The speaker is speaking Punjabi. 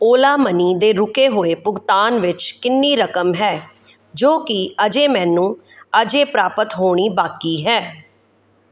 ਓਲਾ ਮਨੀ ਦੇ ਰੁਕੇ ਹੋਏ ਭੁਗਤਾਨ ਵਿੱਚ ਕਿੰਨੀ ਰਕਮ ਹੈ ਜੋ ਕਿ ਅਜੇ ਮੈਨੂੰ ਅਜੇ ਪ੍ਰਾਪਤ ਹੋਣੀ ਬਾਕੀ ਹੈ